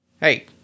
hey